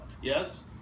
yes